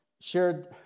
shared